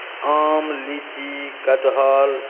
आम लीची कटहर